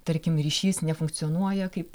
tarkim ryšys nefunkcionuoja kaip